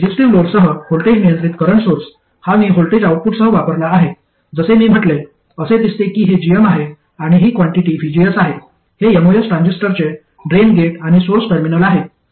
resistive लोडसह voltage नियंत्रित current source हा मी व्होल्टेज आउटपुटसह वापरला आहे जसे मी म्हटले असे दिसते की हे gm आहे आणि ही क्वांटिटि vgs आहे हे एमओएस ट्रान्झिस्टरचे ड्रेन गेट आणि सोर्स टर्मिनल आहेत